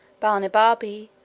balnibarbi,